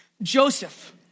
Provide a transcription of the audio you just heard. Joseph